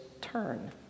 turn